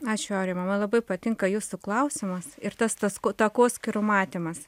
ačiū aurimai man labai patinka jūsų klausimas ir tas tas tako takoskyrų matymas